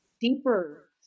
deeper